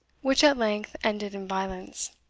which at length ended in violence.